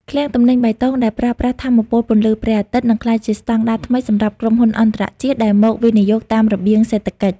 ឃ្លាំងទំនិញបៃតងដែលប្រើប្រាស់ថាមពលពន្លឺព្រះអាទិត្យ នឹងក្លាយជាស្តង់ដារថ្មីសម្រាប់ក្រុមហ៊ុនអន្តរជាតិដែលមកវិនិយោគតាមរបៀងសេដ្ឋកិច្ច។